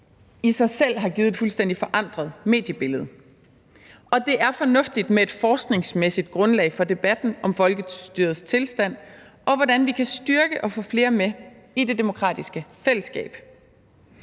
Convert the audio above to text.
i sig selv har givet et fuldstændig forandret mediebillede. Og det er fornuftigt med et forskningsmæssigt grundlag for debatten om folkestyrets tilstand og spørgsmålet om, hvordan vi kan styrke og få flere med i det demokratiske fællesskab.